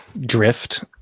drift